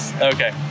okay